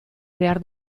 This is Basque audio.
behar